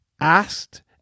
asked